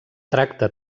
tracta